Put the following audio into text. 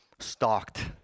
Stalked